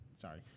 sorry